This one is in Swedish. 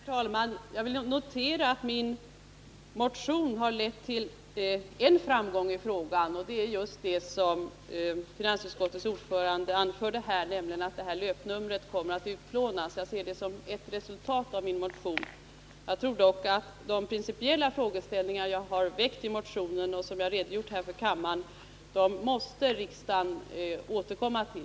Herr talman! Jag vill notera att min motion har lett till en framgång i denna fråga. Det är just det som finansutskottets ordförande här anförde, nämligen att löpnumren kommer att utplånas. Jag ser det som ett resultat av min motion. Jag är dock helt övertygad om att riksdagen måste återkomma till de principiella frågeställningar som jag har väckt i min motion och som jag har redogjort för här i kammaren.